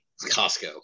Costco